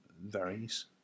varies